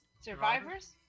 Survivors